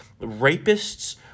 rapists